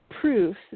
proof